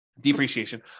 depreciation